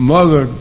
Mother